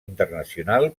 internacional